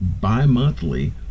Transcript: bi-monthly